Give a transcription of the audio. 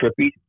trippy